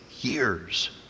years